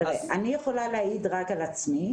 תראה, אני יכולה להעיד רק על עצמי.